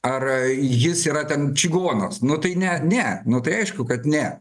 ar jis yra ten čigonas nu tai ne ne nu tai aišku kad ne